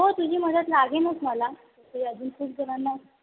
हो तुझी मदत लागेलच मला तरी अजून खूप जणांना